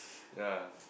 ya